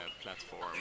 platform